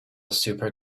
super